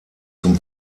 zum